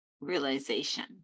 realization